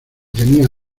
tenía